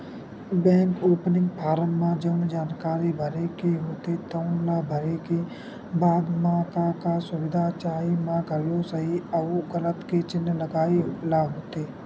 bank opening form म जउन जानकारी भरे के होथे तउन ल भरे के बाद म का का सुबिधा चाही म घलो सहीं अउ गलत के चिन्हा लगाए ल होथे